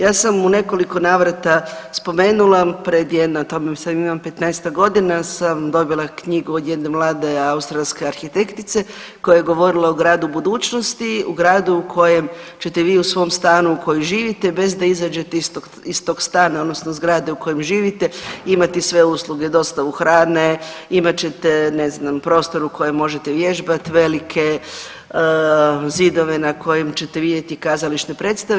Ja sam u nekoliko navrata spomenula pred jedno, tome sada ima petnaestak godina sam dobila knjigu od jedne mlade australske arhitektice koja je govorila o gradu budućnosti u gradu u kojem ćete vi u svom stanu u kojem živite bez da iziđete iz tog stana odnosno zgrada u kojoj živite imati sve usluge dostavu hrane, imate ćete ne znam prostor u kojem možete vježbat, velike zidove na kojim ćete vidjeti kazališne predstave.